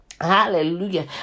Hallelujah